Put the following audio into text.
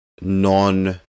non